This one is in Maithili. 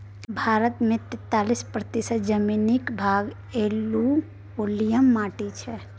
भारत मे तैतालीस प्रतिशत जमीनक भाग एलुयुबियल माटि छै